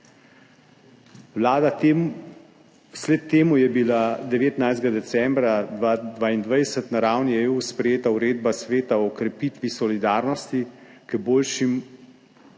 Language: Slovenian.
Vsled temu je bila 19. decembra 2022 na ravni EU sprejeta uredba Sveta o okrepitvi solidarnosti k boljšim